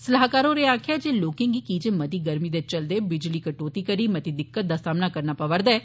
स्लाहकार होर्रे आक्खेया जे लोके गी कीजे मती गर्मी दे चलदे बिजली कटोती कारण मती दिक्कत दा सामना करना पवै करदा ऐ